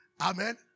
Amen